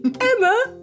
Emma